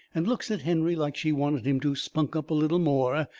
and looks at henry like she wanted him to spunk up a little more,